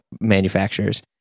manufacturers